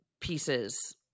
pieces